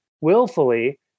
willfully